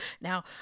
Now